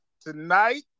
Tonight